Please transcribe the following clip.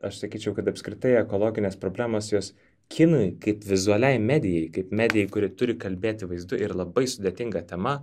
aš sakyčiau kad apskritai ekologinės problemos jos kinui kaip vizualiai medijai kaip medijai kuri turi kalbėti vaizdu yra labai sudėtinga tema